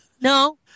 no